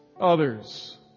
others